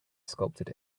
sculpted